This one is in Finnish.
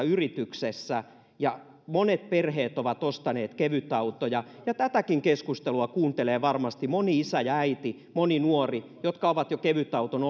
yrityksessä ja monet perheet ovat ostaneet kevytautoja ja tätäkin keskustelua kuuntelee varmasti moni isä äiti tai nuori jotka ovat jo kevytauton